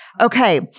Okay